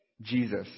Jesus